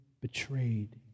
betrayed